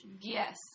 yes